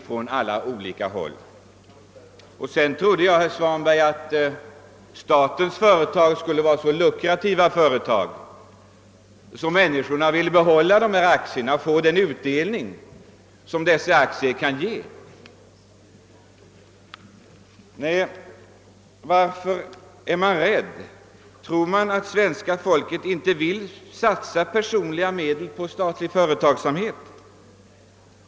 Sedan vill jag säga till herr Svanberg att jag trodde att statens företag skulle vara så lukrativa, att människorna vill behålla aktierna och få den utdelning som aktierna kan ge. Varför är man rädd? Tror man att svenska folket inte vill satsa personliga medel på statlig företagsamhet?